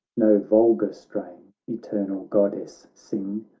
no vulgar strain, eternal goddess, sing!